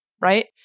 right